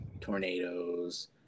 tornadoes